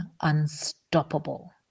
unstoppable